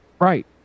Right